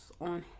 on